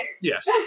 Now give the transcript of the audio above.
Yes